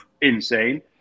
insane